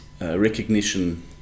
recognition